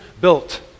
built